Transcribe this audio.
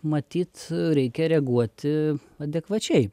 matyt reikia reaguoti adekvačiai